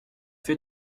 fait